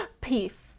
peace